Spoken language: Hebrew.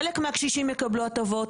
חלק מהקשישים יקבלו הטבות,